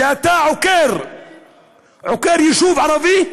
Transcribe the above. כשאתה עוקר יישוב ערבי?